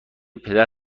پدر